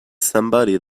somebody